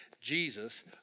Jesus